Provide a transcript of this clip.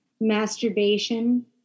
masturbation